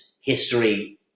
history